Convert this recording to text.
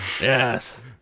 yes